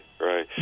right